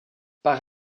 par